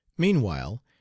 meanwhile